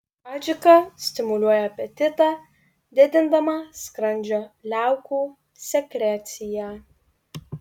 adžika stimuliuoja apetitą didindama skrandžio liaukų sekreciją